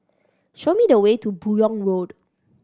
show me the way to Buyong Road